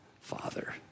father